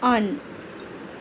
on